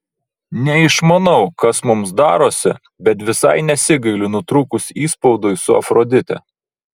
neišmanau kas mums darosi bet visai nesigailiu nutrūkus įspaudui su afrodite